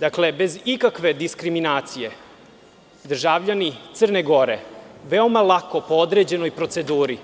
Dakle, bez ikakve diskriminacije državljani Crne Gore veoma lako po određenoj proceduri